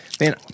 Man